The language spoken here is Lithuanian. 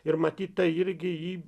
ir matyt tai irgi jį